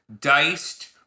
diced